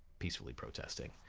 peacefully protesting.